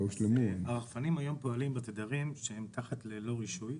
הרחפנים היום פועלים בתדרים שהם תחת "ללא רישוי",